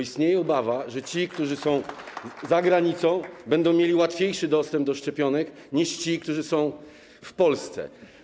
Istnieje obawa, że ci, którzy są za granicą, będą mieli łatwiejszy dostęp do szczepionek niż ci, którzy są w Polsce.